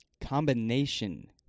Combination